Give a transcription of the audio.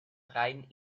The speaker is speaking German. freien